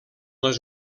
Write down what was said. les